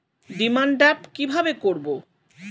Demand draft কীভাবে করব?